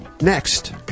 next